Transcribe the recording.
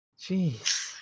Jeez